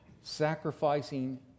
sacrificing